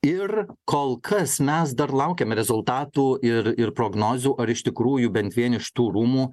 ir kol kas mes dar laukiame rezultatų ir ir prognozių ar iš tikrųjų bent vieni iš tų rūmų